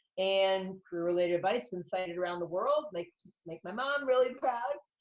and career-related advice, been cited around the world, like make my mom really proud.